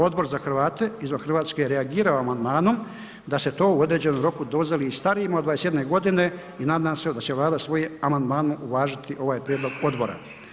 Odbor za Hrvate izvan Hrvatske reagirao je amandmanom da se to u određenom roku dozvoli i starijima od 21 g. i nadam se da će Vlada svoje amandmanom uvažiti ovaj prijedlog odbora.